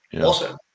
awesome